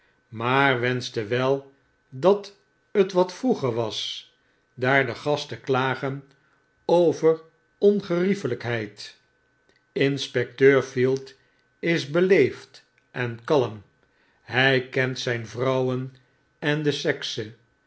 maar wenschte wel dat het wat vroeger was daar de gasten klagen over ongeriefelijkheid inspecteur field is beleefd en kalm hy kent zyn vrouwen en de sexe